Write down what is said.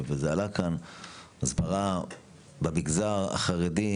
ראינו שההסברה במגזר החרדי,